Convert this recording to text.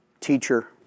teacher